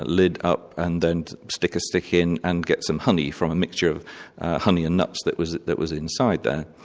lid up and then stick a stick in and get some honey from a mixture of honey and nuts that was that was inside there.